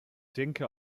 denke